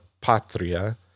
Patria